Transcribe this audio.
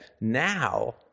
now